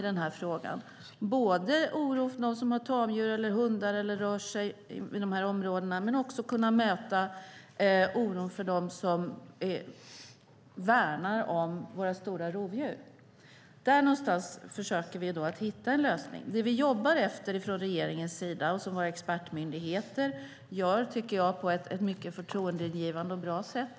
Det gäller oron hos dem som har tamdjur och hundar och rör sig i dessa områden. Vi försöker också möta oron hos dem som värnar om våra stora rovdjur. Vi försöker hitta en lösning. Regeringen jobbar med att förverkliga det riksdagsbeslut som vi har från 2009, vilket jag redogjorde för i början av mitt svar.